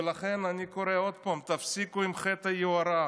ולכן אני קורא עוד פעם: תפסיקו עם חטא היוהרה.